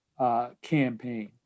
campaign